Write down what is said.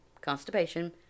constipation